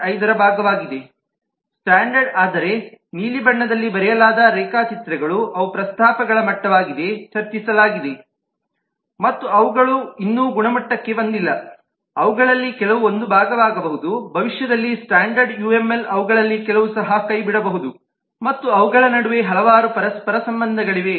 5 ರ ಭಾಗವಾಗಿದೆ ಸ್ಟ್ಯಾಂಡರ್ಡ್ ಆದರೆ ನೀಲಿ ಬಣ್ಣದಲ್ಲಿ ಬರೆಯಲಾದ ರೇಖಾಚಿತ್ರಗಳು ಅವು ಪ್ರಸ್ತಾಪಗಳ ಮಟ್ಟವಾಗಿದೆ ಚರ್ಚಿಸಲಾಗಿದೆ ಮತ್ತು ಅವುಗಳು ಇನ್ನೂ ಗುಣಮಟ್ಟಕ್ಕೆ ಬಂದಿಲ್ಲ ಅವುಗಳಲ್ಲಿ ಕೆಲವು ಒಂದು ಭಾಗವಾಗಬಹುದು ಭವಿಷ್ಯದಲ್ಲಿ ಸ್ಟ್ಯಾಂಡರ್ಡ್ ಯುಎಂಎಲ್ ಅವುಗಳಲ್ಲಿ ಕೆಲವು ಸಹ ಕೈಬಿಡಬಹುದು ಮತ್ತು ಅವುಗಳ ನಡುವೆ ಹಲವಾರು ಪರಸ್ಪರ ಸಂಬಂಧಗಳಿವೆ